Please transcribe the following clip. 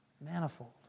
Manifold